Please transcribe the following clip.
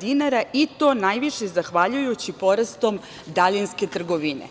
dinara i to najviše zahvaljujući porastom daljinske trgovine.